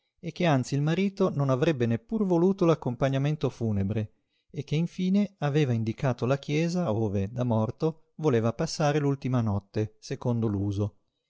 e che anzi il marito non avrebbe neppur voluto l'accompagnamento funebre e che infine aveva indicato la chiesa ove da morto voleva passare l'ultima notte secondo